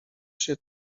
się